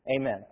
Amen